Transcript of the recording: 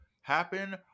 happen